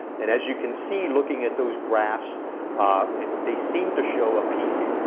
and as you can see looking at those graphs they seem to show a peak